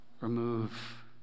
remove